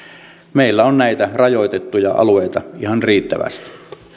meillä on näitä rajoitettuja alueita ihan riittävästi